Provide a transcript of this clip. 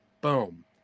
Boom